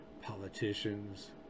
politicians